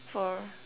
four